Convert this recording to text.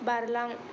बारलां